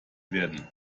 werden